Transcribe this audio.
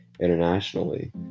internationally